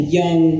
young